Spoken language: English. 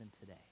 today